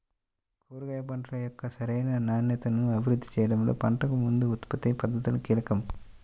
కూరగాయ పంటల యొక్క సరైన నాణ్యతను అభివృద్ధి చేయడంలో పంటకు ముందు ఉత్పత్తి పద్ధతులు కీలకం